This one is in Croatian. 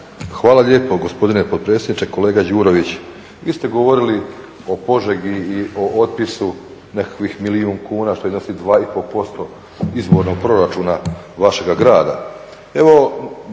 Hvala lijepo gospodine potpredsjedniče. Kolega Đurović, vi ste govorili o Požegi i o otpisu nekakvih milijun kuna što iznosi 2,5% izvornog proračuna vašega grada. Evo